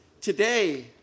Today